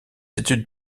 études